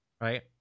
right